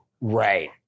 Right